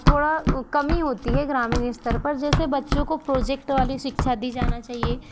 थोड़ा कम ही होती है ग्रामीण स्तर पर जैसे बच्चों को प्रोजेक्ट वाली शिक्षा दी जाना चाहिए